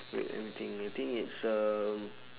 wait let me think I think it's um